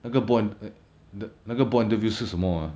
那个 board 那个 board interview 是什么啊